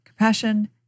Compassion